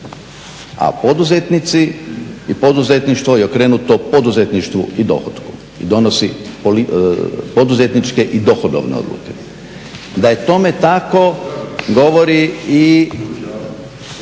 A poduzetnici i poduzetništvo je okrenuto poduzetništvu i dohotku i donosi poduzetničke i dohodovne odluke. Da je tome tako govori i